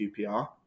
QPR